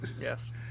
Yes